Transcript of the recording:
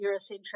Eurocentric